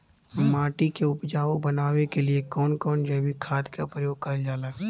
माटी के उपजाऊ बनाने के लिए कौन कौन जैविक खाद का प्रयोग करल जाला?